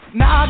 now